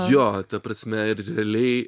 jo ta prasme ir realiai